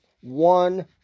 one